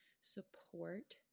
support